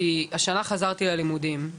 כי כי השנה חזרתי ללימודים,